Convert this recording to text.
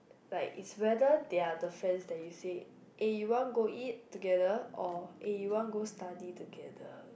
like it's whether their the friend that you say eh you want go eat together or eh you want go study together